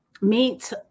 meet